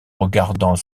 regardant